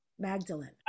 Magdalene